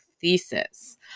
thesis